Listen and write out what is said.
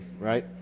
right